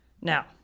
Now